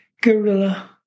guerrilla